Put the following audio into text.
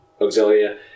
Auxilia